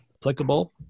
applicable